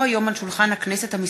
כי הונחו היום על שולחן הכנסת,